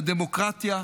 בדמוקרטיה,